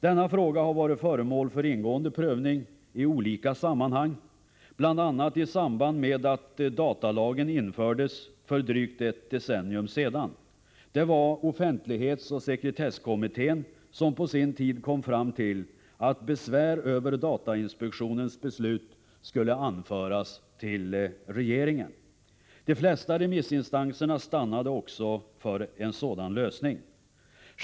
Denna fråga har varit föremål för ingående prövning i olika sammanhang, bl.a. i samband med att datalagen infördes för drygt ett decennium sedan. Det var offentlighetsoch sekretesskommittén som på sin tid kom fram till att besvär över datainspektionens beslut skulle anföras till regeringen. De flesta remissinstanserna stannade också för en sådan lösning.